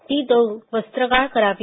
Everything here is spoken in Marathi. ती दळून वस्त्रगाळ करावी